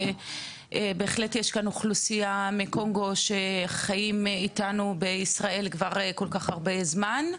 בהחלט יש כאן אוכלוסייה מקונגו שחיים איתנו בישראל כבר כל כך הרבה זמן,